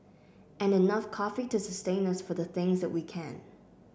and enough coffee to sustain us for the things we can